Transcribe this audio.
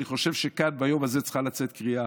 אני חושב שמכאן ביום הזה צריכה לצאת קריאה